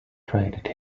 traded